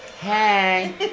hey